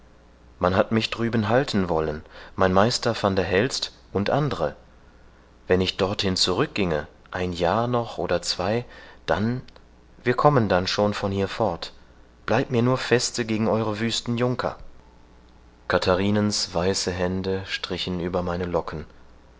man hat mich drüben halten wollen mein meister van der helst und andre wenn ich dorthin zurückginge ein jahr noch oder zwei dann wir kommen dann schon von hier fort bleib mir nur feste gegen euere wüsten junker katharinens weiße hände strichen über meine locken